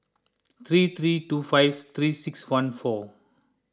three three two five three six one four